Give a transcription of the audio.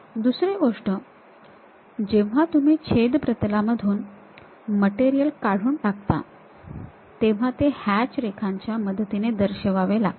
दुसरी गोष्ट जेव्हा तुम्ही छेद प्रतलामधून मटेरियल काढून टाकता तेव्हा ते हॅच रेखाच्या मदतीने दर्शवावे लागते